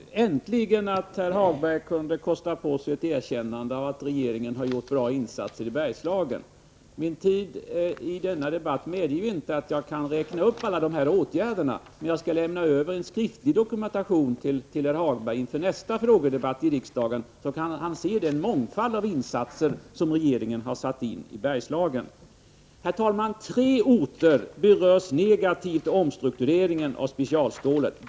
Herr talman! Äntligen kunde herr Hagberg kosta på sig ett erkännande av att regeringen har gjort bra insatser i Bergslagen. Min tid i denna debatt medger inte att jag räknar upp alla dessa åtgärder, men jag skall lämna över en skriftlig dokumentation till herr Hagberg inför nästa frågedebatt i riksdagen. Där kan han se den mångfald av insatser som regeringen har gjort i Bergslagen. Herr talman! Tre orter berörs negativt av omstruktureringen av specialstålsindustrin.